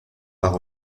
part